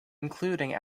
including